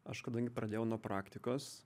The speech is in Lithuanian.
aš kadangi pradėjau nuo praktikos